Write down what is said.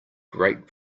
great